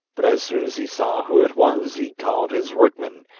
but as soon as he saw who it was he called his workmen,